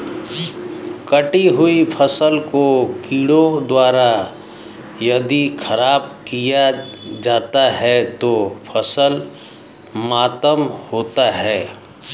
कटी हुयी फसल को कीड़ों द्वारा यदि ख़राब किया जाता है तो फसल मातम होता है